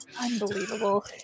Unbelievable